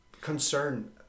concern